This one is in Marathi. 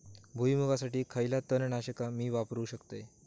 भुईमुगासाठी खयला तण नाशक मी वापरू शकतय?